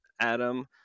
Adam